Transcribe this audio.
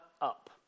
up